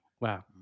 Wow